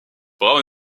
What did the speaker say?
brown